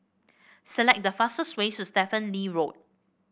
select the fastest way to Stephen Lee Road